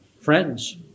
Friends